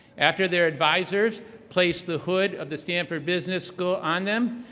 after their advisors place the hood of the stanford business school on them,